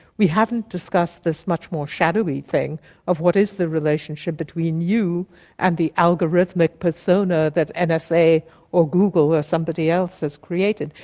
we haven't discussed this much more shadowy thing of what is the relationship between you and the algorithmic persona that and nsa or google or somebody else has created.